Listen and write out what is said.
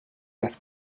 las